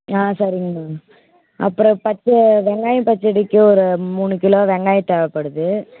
ஆ சரிங்கமா அப்புறோம் பச்சை வெங்காயம் பச்சடிக்கு ஒரு மூணு கிலோ வெங்காயம் தேவைப்படுது